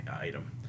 item